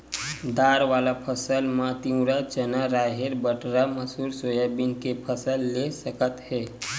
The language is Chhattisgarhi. दार वाला फसल म तिंवरा, चना, राहेर, बटरा, मसूर, सोयाबीन के फसल ले सकत हे